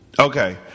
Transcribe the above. Okay